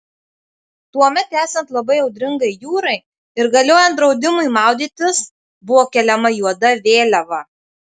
tuomet esant labai audringai jūrai ir galiojant draudimui maudytis buvo keliama juoda vėliava